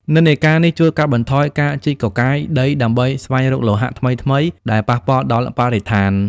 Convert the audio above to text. និន្នាការនេះជួយកាត់បន្ថយការជីកកកាយដីដើម្បីស្វែងរកលោហៈថ្មីៗ ដែលប៉ះពាល់ដល់បរិស្ថាន។